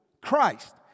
Christ